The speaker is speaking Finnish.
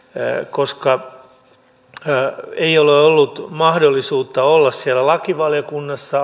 koska edustaja arhinmäellä ei ole ollut mahdollisuutta olla siellä lakivaliokunnassa